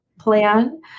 Plan